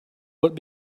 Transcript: what